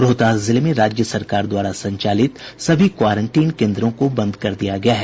रोहतास जिले में राज्य सरकार द्वारा संचालित सभी क्वारेंटीन केन्द्रों को बंद कर दिया गया है